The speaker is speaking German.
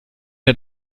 der